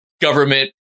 government